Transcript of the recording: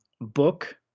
book